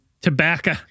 Tobacco